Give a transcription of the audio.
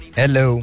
hello